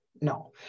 no